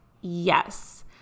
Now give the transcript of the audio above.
Yes